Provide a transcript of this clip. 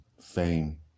Fame